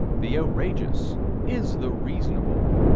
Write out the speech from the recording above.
the outrageous is the reasonable,